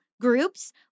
groups